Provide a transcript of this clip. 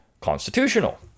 constitutional